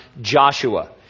Joshua